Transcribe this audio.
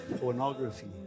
pornography